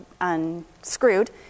unscrewed